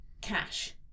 cash